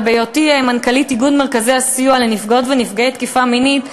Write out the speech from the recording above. אבל בהיותי מנכ"לית איגוד מרכזי הסיוע לנפגעות ונפגעי תקיפה מינית,